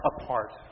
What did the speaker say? apart